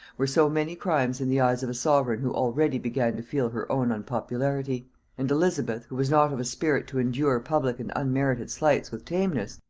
were so many crimes in the eyes of a sovereign who already began to feel her own unpopularity and elizabeth, who was not of a spirit to endure public and unmerited slights with tameness,